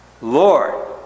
Lord